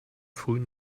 frühen